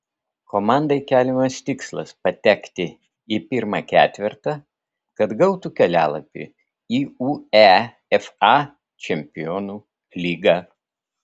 komandai keliamas tikslas patekti į pirmą ketvertą kad gautų kelialapį į uefa čempionų lygą